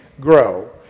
grow